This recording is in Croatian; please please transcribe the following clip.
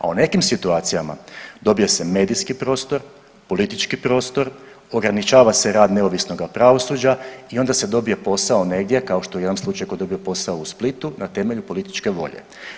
A u nekim situacijama dobije se medijski prostor, politički prostor, ograničava se rad neovisnoga pravosuđa i onda se dobije posao negdje kao što je i u ovom slučaju tko je dobio u Splitu na temelju političke volje.